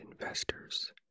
investors